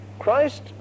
Christ